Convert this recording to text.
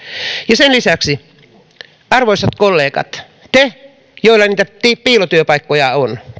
sen lisäksi arvoisat kollegat teidät joilla niitä piilotyöpaikkoja on